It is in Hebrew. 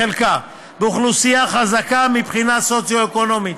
בחלקה, באוכלוסייה חזקה מבחינה סוציו-אקונומית,